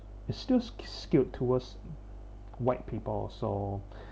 it's still skewed towards white people so